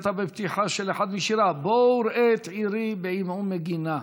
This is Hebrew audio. כתב בפתיחה של אחד משיריו: "בוא וראה את עירי בעמעום מגינה".